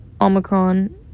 omicron